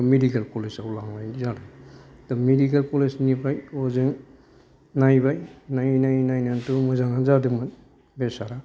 medical college आव लांनाय जादों दा मेडिकेल कलेजनिफ्राय हजों नायबाय नायै नायै नायनानैथ' मोजांआनो जादोंमोन बेसारा